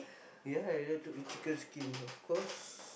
ya I like to eat chicken skin of course